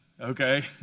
Okay